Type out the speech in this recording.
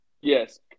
Yes